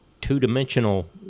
two-dimensional